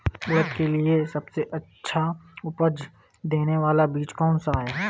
उड़द के लिए सबसे अच्छा उपज देने वाला बीज कौनसा है?